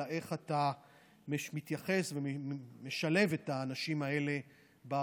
אלא איך אתה מתייחס ומשלב את האנשים האלה בעבודה.